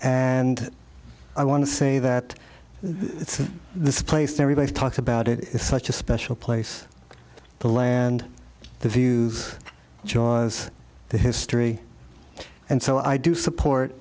and i want to say that this place everybody talks about it is such a special place the land the views on the history and so i do support